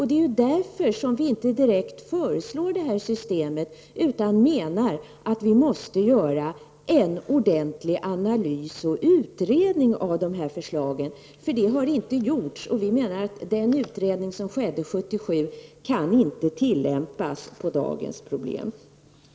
Det är därför som vi inte direkt föreslår det här systemet, utan menar att vi måste göra en ordentlig analys och utredning av förslagen, eftersom detta inte har gjorts. Vi anser att den utredning som gjordes år 1977 inte har tillämpning på dagens problem.